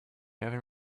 haven’t